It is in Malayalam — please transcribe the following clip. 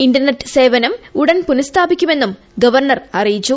ഇൻർനെറ്റ് സേവനം ഉടൻ പുനഃസ്ഥാപിക്കുമെന്നും ഗവർണർ അറിയിച്ചു